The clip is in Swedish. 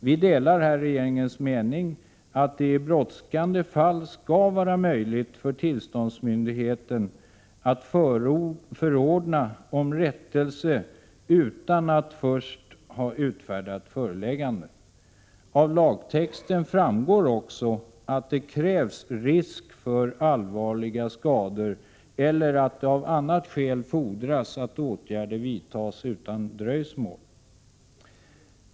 Vi delar här regeringens mening att det i brådskande fall skall vara möjligt för tillståndsmyndigheten att förordna om rättelse utan att först ha utfärdat föreläggande. Av lagtexten framgår också att det krävs risk för allvarliga skador eller att det av annat skäl fordras att åtgärder vidtas utan dröjsmål.